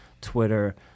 Twitter